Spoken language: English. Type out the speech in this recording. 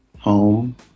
home